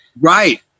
right